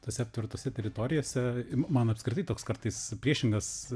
tose aptvertose teritorijose man apskritai toks kartais priešingas